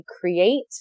create